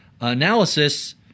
analysis